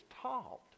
taught